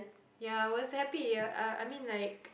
ya I was happy I I mean like